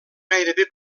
gairebé